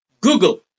Google